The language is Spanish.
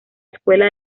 escuela